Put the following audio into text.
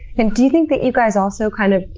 and do you think that you guys also, kind of,